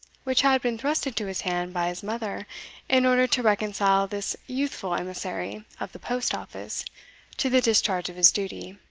which had been thrust into his hand by his mother in order to reconcile this youthful emissary of the post-office to the discharge of his duty.